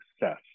success